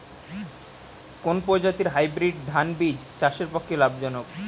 কোন প্রজাতীর হাইব্রিড ধান বীজ চাষের পক্ষে লাভজনক?